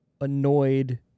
annoyed